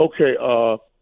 okay